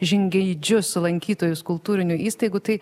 žingeidžius lankytojus kultūrinių įstaigų tai